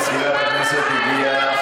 מזכירת הכנסת הגיעה.